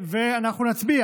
אנחנו נצביע